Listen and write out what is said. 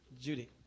Judy